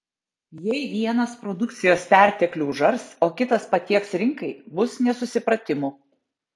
jei vienas produkcijos perteklių užars o kitas patieks rinkai bus nesusipratimų